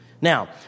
Now